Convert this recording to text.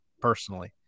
Personally